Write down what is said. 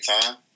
time